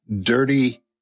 dirty